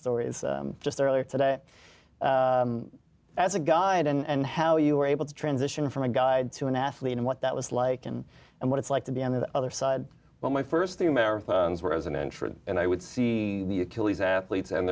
stories just earlier today as a guide and how you were able to transition from a guide to an athlete and what that was like and and what it's like to be on the other side but my st thing marathons were as an entrance and i would see the achilles athletes and